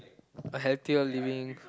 a healthier living